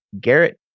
Garrett –